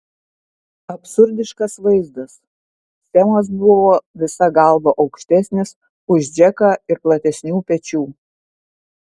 absurdiškas vaizdas semas buvo visa galva aukštesnis už džeką ir platesnių pečių